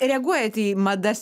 reaguojat į madas